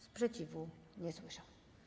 Sprzeciwu nie słyszę.